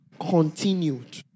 continued